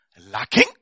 lacking